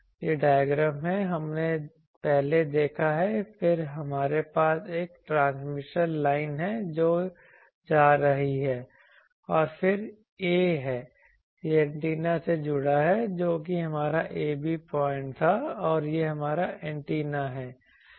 यह डायग्राम हमने पहले देखा है फिर हमारे पास एक ट्रांसमिशन लाइन है जो जा रही है और फिर 'a' है यह एंटीना से जुड़ा है जो कि हमारा 'ab' पॉइंट था और यह हमारा एंटीना है